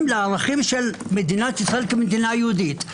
לערכים של מדינת ישראל כמדינה יהודית,